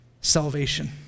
salvation